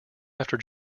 after